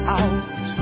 out